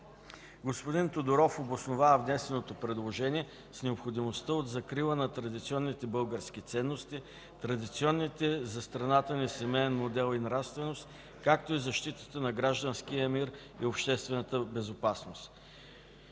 Господин Тодоров обоснова внесеното предложение с необходимостта от закрила на традиционните български ценности, традиционните за страната ни семеен модел и нравственост, както и защитата на гражданския мир и обществената безопасност.